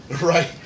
right